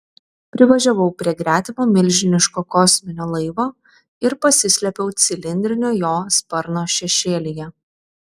privažiavau prie gretimo milžiniško kosminio laivo ir pasislėpiau cilindrinio jo sparno šešėlyje